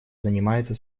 занимается